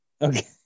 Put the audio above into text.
Okay